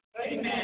Amen